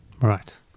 Right